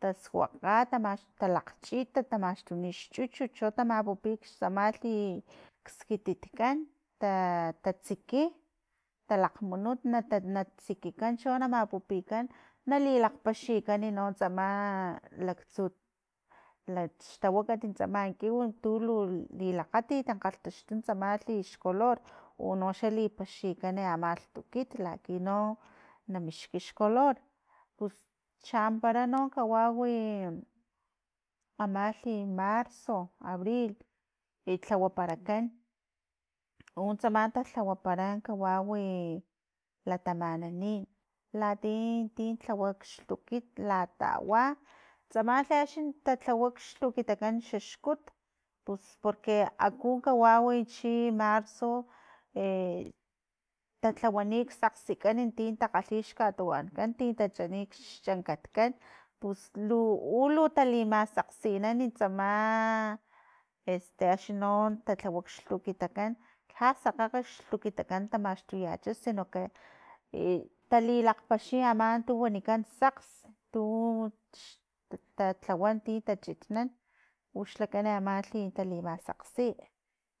Tasuakga tamax talakchit ta tamaxtuni xchuchut cho tamapupi xtsamalhi xskititkan ta tatsiki talakgmunu ta na tsikikan cho na mapupikan nalilakgpaxikan tsama laktsu lak xtawakati tsama kiw tu tulu lilakgatit kgalhtaxtu tsamalhi xcolor uno xa lipaxikani ama lhtukit lakino na mixki xcolor pus champara no kawawi i amalhi marzo, abril i tlawaparakan untsama talhawapara kawawi, latamananin latie tin lhawa xlhtukit latawa tsama axne talhawa xlhtukitakan xaxkut pus porque aku kawawi chi marzo talhawani xsakgsikan unti takgalhi xkatuwankan tin tachani xchankatkan pus lu u tali masakgsinan tsama "este" axni non talhawa ux lhtukitakan lha sakgakga xlhtukitakan tamaxtuyacha sino que talilakgpaxi aman tu wanikan sakgs tu ta- tatlawa ti tachitnan uxlakan ti talimasakgsi